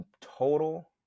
total